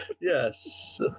yes